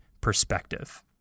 perspective